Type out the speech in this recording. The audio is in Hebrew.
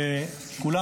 שמירה על ביטחון הציבור (תיקון מס' 8)